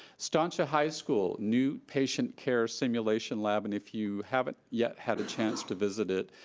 estancia high school new patient care simulation lab and if you haven't yet had a chance to visit it,